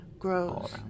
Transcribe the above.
grows